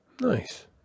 nice